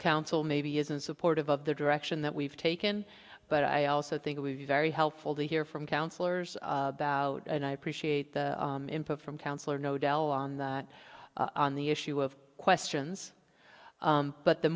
council maybe isn't supportive of the direction that we've taken but i also think we very helpful to hear from counselors about and i appreciate the input from counselor no del on the on the issue of questions but the